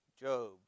Job